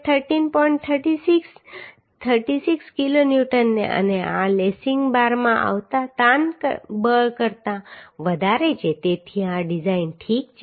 36 36 kilonewton અને આ lacing બારમાં આવતા તાણ બળ કરતા વધારે છે તેથી આ ડિઝાઇન ઠીક છે